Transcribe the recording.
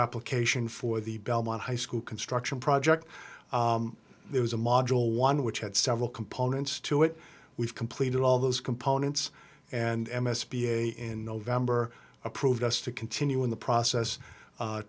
cation for the belmont high school construction project there was a module one which had several components to it we've completed all those components and s b a in november approved us to continue in the process